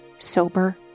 sober